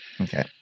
Okay